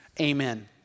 amen